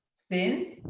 thin.